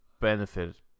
benefit